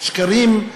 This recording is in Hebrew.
שקרים,